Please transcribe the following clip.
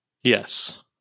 Yes